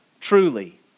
truly